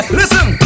listen